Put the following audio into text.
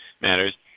matters